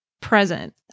present